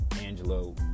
Angelo